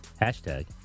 Hashtag